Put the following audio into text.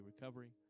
recovery